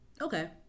okay